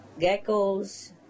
geckos